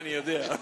אני יודע,